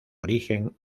origen